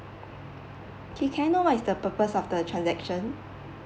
okay can I know what is the purpose of the transaction